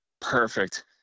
perfect